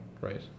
Right